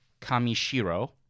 Kamishiro